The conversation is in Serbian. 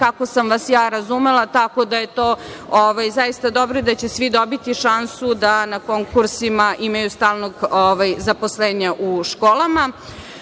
kako sam vas ja razumela, tako da je to zaista dobro da će svi dobiti šansu da na konkursima imaju stalno zaposlenje u školama. Reforme